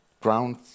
ground